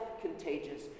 contagious